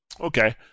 Okay